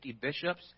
bishops